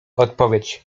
odpowiedź